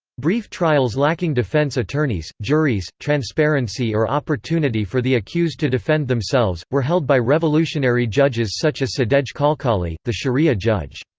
brief trials lacking defense attorneys, attorneys, juries, transparency or opportunity for the accused to defend themselves, were held by revolutionary judges such as sadegh khalkhali, the sharia judge.